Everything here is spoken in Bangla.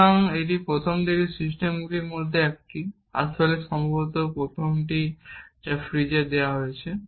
সুতরাং এই প্রথম দিকের সিস্টেমগুলির মধ্যে একটি আসলে সম্ভবত প্রথমটি যা ফ্রেজের দেওয়া হয়েছে